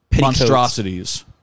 Monstrosities